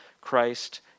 Christ